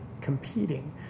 competing